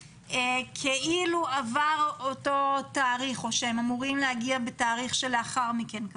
כאילו עבר אותו תאריך או שהם אמורים להגיע בתאריך שלאחר מכן.